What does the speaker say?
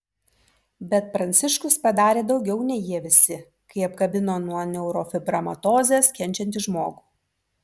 bet pranciškus padarė daugiau nei jie visi kai apkabino nuo neurofibromatozės kenčiantį žmogų